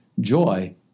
joy